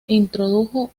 introdujo